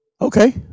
Okay